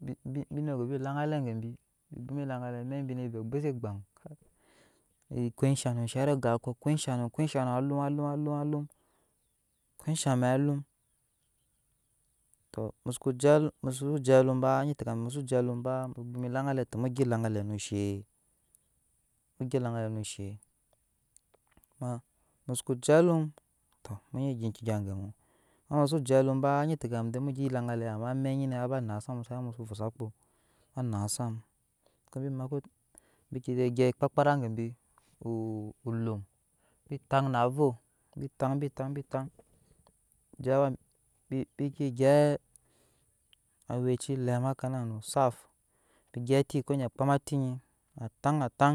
Bi bi ne govee laŋgaule gebi amɛk nyi nɛ bi vɛɛ bse go ogbuse gban kosha num kosha num shairi oga kɔɔkɔ kulum alum aum kosha amɛk alum tɔ musokuje lum mukose je alum anyi tekam vɛɛ muso jebulum ba to mu gya elaŋgaɛ na she mu gya elaŋgalɛ no she ama musoko je alum tɔ mu nyi gya enke gya gemu ama musoko se je alumba anyi tekam de vɛɛ mu gya elaŋgaule ama amɛk nyi nɛ awaba jam ama se amɛk musa vosakpo na naazam kobi makpo bige gyɛp kpakpara gebi lum. bi taŋ na voo bitaŋ tbitaŋ bike gyɛp awa aweci elɛm kpam ati ni ataŋ ataŋ